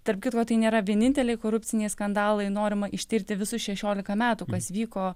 tarp kitko tai nėra vieninteliai korupciniai skandalai norima ištirti visus šešiolika metų kas vyko